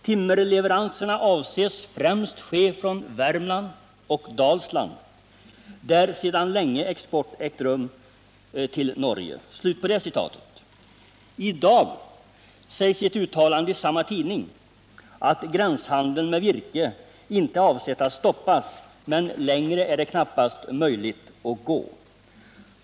Timmerleveranserna avses främst ske från Värmland och Dalsland där sedan länge export ägt rum till Norge.” I dag sägs i ett uttalande i samma tidning att gränshandeln med virke inte avses bli stoppad men att det knappast är möjligt att gå längre.